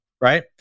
Right